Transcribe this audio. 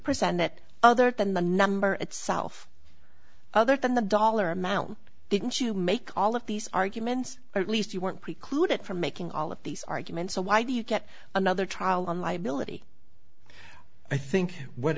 presented that other than the number itself other than the dollar amount didn't you make all of these arguments or at least you weren't precluded from making all of these arguments so why do you get another trial on liability i think what